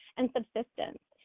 and subsistence,